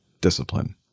discipline